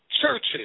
churches